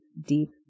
deep